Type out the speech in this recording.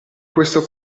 questo